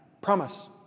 Promise